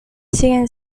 siguen